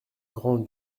grand